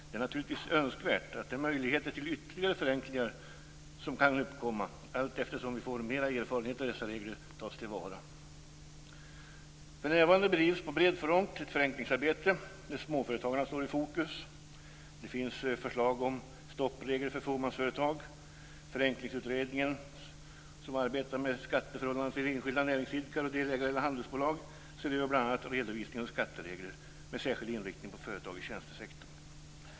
Det är naturligtvis önskvärt att de möjligheter till ytterligare förenklingar som kan uppkomma allteftersom vi får mer erfarenhet av dessa regler tas till vara. För närvarande bedrivs på bred front ett förenklingsarbete där småföretagarna står i fokus. Det finns förslag om stoppregler för fåmansföretag. Förenklingsutredningen, som arbetar med skatteförhållandena för enskilda näringsidkare och delägare i handelsbolag, ser över bl.a. redovisnings och skatteregler med särskild inriktning på företag i tjänstesektorn.